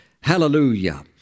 Hallelujah